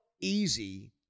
easy